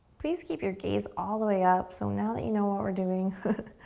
please keep your gaze all the way up so now that you know what we're doing,